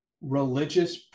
religious